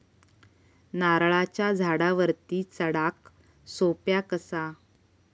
नारळाच्या झाडावरती चडाक सोप्या कसा?